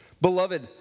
Beloved